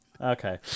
okay